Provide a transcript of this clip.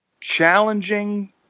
challenging